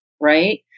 right